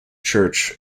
church